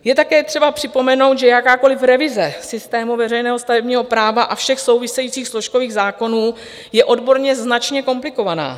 Je také třeba připomenout, že jakákoliv revize systému veřejného stavebního práva a všech souvisejících složkových zákonů je odborně značně komplikovaná.